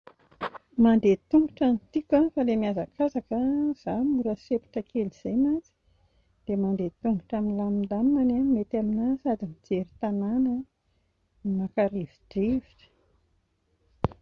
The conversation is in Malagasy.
Mandeha an-tongotra no tiako fa ilay mihazakazaka izaho mora sempotra kely izay mantsy dia ny mandeha an-tongotra milamindamina ny ahy no mety aminà, sady mijery tanàna no maka rivodrivotra